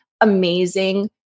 amazing